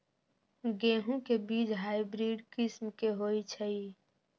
गेंहू के बीज हाइब्रिड किस्म के होई छई?